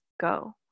go